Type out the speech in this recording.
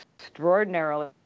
extraordinarily